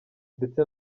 ndetse